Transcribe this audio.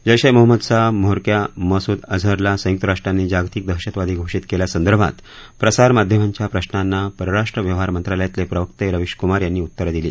जैश ए मोहम्मदचा म्होरक्या मसूद अजहरला संयुक्त राष्ट्रांनी जागतिक दहशतवादी घोषित केल्यासंदर्भात प्रसारमाध्यमांच्या प्रशांना परराष्ट्र व्यवहार मंत्रालयातले प्रवक्ते रवीश कुमार यांनी उत्तरं दिली